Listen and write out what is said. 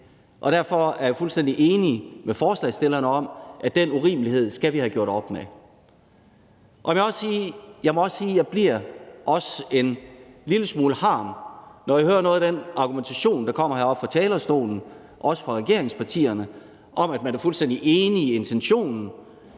og derfor er jeg fuldstændig enig med forslagsstillerne i, at den urimelighed skal vi have gjort op med. Jeg må også sige, at jeg bliver en lille smule harm, når jeg hører noget af den argumentation, der kommer her fra talerstolen – også fra regeringspartierne – om, at man er fuldstændig enig i intentionen,